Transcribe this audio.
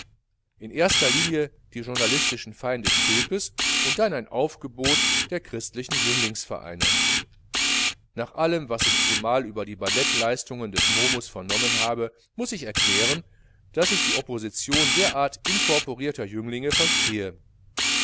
in erster linie die journalistischen feinde stilpes und dann ein aufgebot der christlichen jünglingsvereine nach allem was ich zumal über die balletleistungen des momus vernommen habe muß ich erklären daß ich die opposition derart inkorporierter jünglinge verstehe